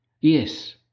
Yes